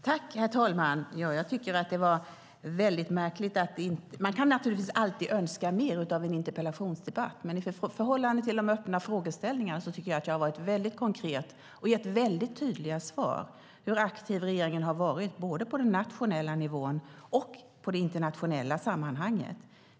Herr talman! Man kan naturligtvis alltid önska mer av en interpellationsdebatt, men i förhållande till de öppna frågeställningarna tycker jag att jag har varit väldigt konkret och gett tydliga svar om hur aktiv regeringen har varit både på den nationella nivån och i det internationella sammanhanget.